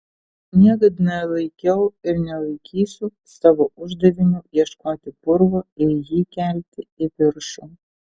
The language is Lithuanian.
niekad nelaikiau ir nelaikysiu savo uždaviniu ieškoti purvo ir jį kelti į viršų